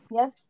Yes